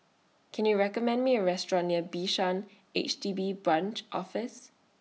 Can YOU recommend Me A Restaurant near Bishan H D B Branch Office